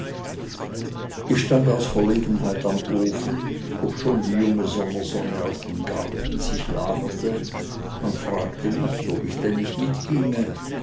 ich stand aus verlegenheit am ofen obschon die junge sommersonne auf dem garten sich lagerte man fragte mich ob ich denn nicht mitginge